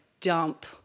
dump